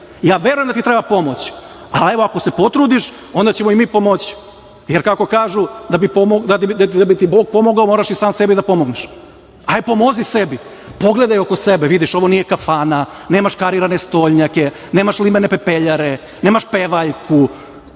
verujem da ti treba pomoć, ali evo ako se potrudiš onda ćemo i mi pomoći, jer kako kažu, da bi ti Bog pomogao moraš i ti sam sebi da pomogneš. Hajde pomozi sebi, pogledaj oko sebe, vidiš ovo nije kafana, nemaš karirane stolnjake, nemaš limene pepeljare, nemaš pevaljku,